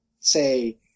say